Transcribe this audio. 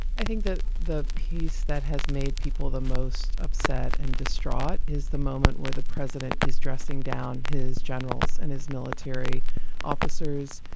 i think that the piece that has made people the most upset and distraught is the moment where the president is dressing down his generals and his military officers,